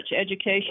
education